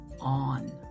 on